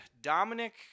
Dominic